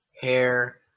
hair